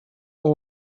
aura